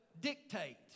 dictate